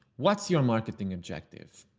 what's your marketing objective,